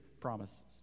promises